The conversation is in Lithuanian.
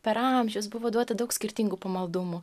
per amžius buvo duoti daug skirtingų pamaldumų